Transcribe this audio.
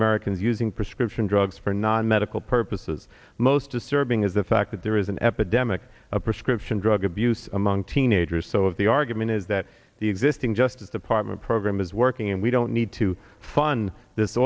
americans using prescription drugs for non medical purposes the most disturbing is the fact that there is an epidemic of prescription drug abuse among teenagers so if the argument is that the existing justice department program is working and we don't need to fun this